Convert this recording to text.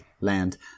land